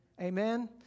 Amen